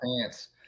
pants